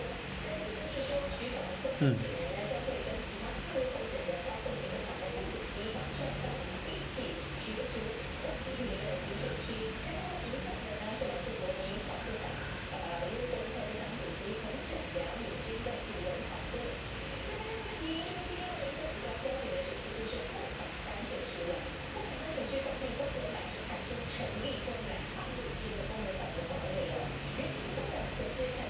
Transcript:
mm